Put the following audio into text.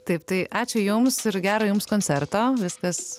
taip tai ačiū jums ir gero jums koncerto viskas